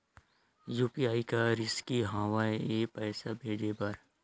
UPI का रिसकी हंव ए पईसा भेजे बर?